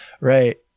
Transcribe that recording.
Right